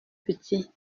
petit